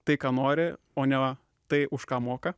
tai ką nori o ne tai už ką moka